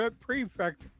prefect